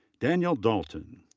daniel dalton.